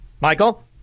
Michael